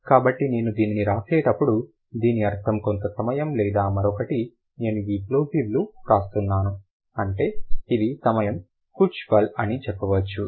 కాబట్టి నేను దీనిని వ్రాసేటప్పుడు వ్రాసేటప్పుడు దీని అర్థం కొంత సమయం లేదా మరొకటి నేను ఇ ప్లోసివ్లు వ్రాస్తున్నాను అంటే ఇది సమయం కుచ్ పల్ అని చెప్పవచ్చు